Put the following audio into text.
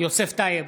יוסף טייב,